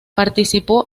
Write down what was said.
participó